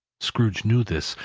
scrooge knew this,